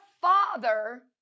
father